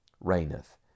reigneth